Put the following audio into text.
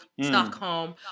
Stockholm